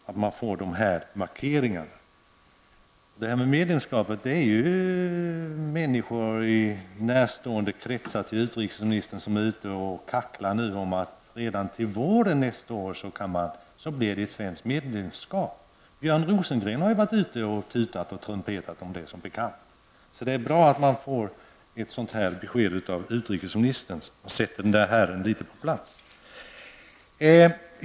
Herr talman! Det var en del som klargjordes i utrikesministerns senaste anförande, dels om medlemskapet beträffande den här försvarsunionen, dels också ESKs betydelse -- som utrikesministern framhåller -- och den centrala plats ESK kan inta i den här processen. Det är bra att dessa markeringar har gjorts. När det gäller medlemskapet är människor i utrikesministerns nära kretsar nu ute och kacklar om att ett svenskt medlemskap kan bli aktuellt redan till våren nästa år. Som bekant har ju Björn Rosengren varit ute och tutat och trumpetat om detta. Därför är det bra att utrikesministern har givit besked på den punkten. Därigenom har dessa människor satts litet på plats.